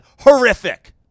horrific